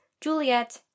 Juliet